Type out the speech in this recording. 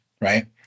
right